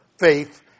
faith